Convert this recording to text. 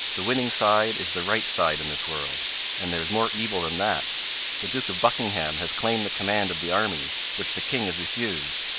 the winning side is the right side in this world and there is more evil than that the duke of buckingham has claimed the command of the army, which the king has refused,